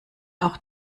auch